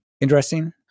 interesting